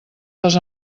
les